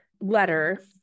letter